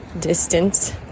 distance